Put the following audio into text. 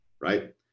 right